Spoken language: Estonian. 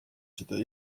seda